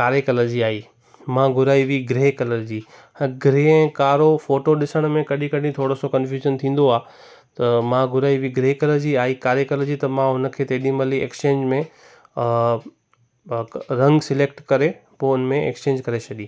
कारे कलर जी आई मां घुराई हुई ग्रे कलर जी ग्रे ऐं कारो फ़ोटो ॾिसण में कॾहिं कॾहिं थोरो सो कंफ़ुजन थींदो आहे त मां घुराई हुई ग्रे कलर जी आई कारे कलर जी त मां उनखे तेॾी महिल ई एक्सचेंज में रंगु सिलेक्ट करे पोइ हुनमें एक्सचेंज करे छॾी